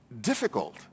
difficult